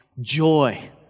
joy